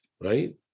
right